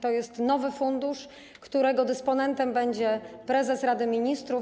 To jest nowy fundusz, którego dysponentem będzie prezes Rady Ministrów.